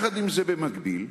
עם זה, במקביל,